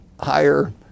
higher